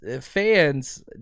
fans